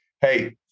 Hey